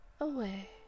away